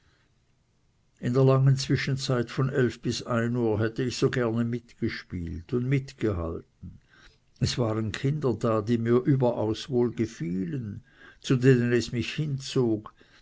in der langen zwischenzeit von bis uhr hätte ich so gerne mitgespielt und mitgehalten es waren kinder da die mir überaus wohl gefielen zu denen es mich hinzog